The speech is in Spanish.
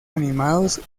animados